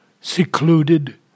secluded